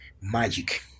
Magic